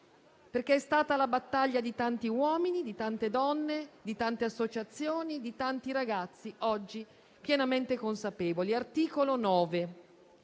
È stata la battaglia di tanti uomini, di tante donne, di tante associazioni, di tanti ragazzi oggi pienamente consapevoli. Articolo 9: